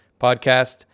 podcast